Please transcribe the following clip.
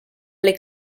alle